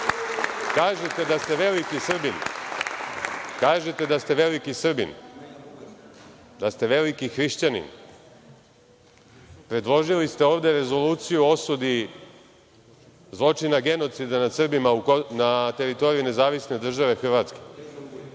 malo. Kažete da ste veliki Srbin, da ste veliki hrišćanin. Predložili ste ovde rezoluciju o osudi zločina genocida nad Srbima na teritoriji nezavisne države Hrvatske. Dragiša